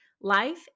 Life